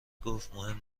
گفتمهم